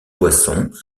poissons